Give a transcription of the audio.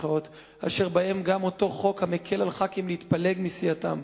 אשר בהם גם אותו חוק המקל על ח"כים להתפלג מסיעתם.